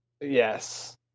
Yes